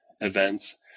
events